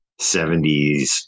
70s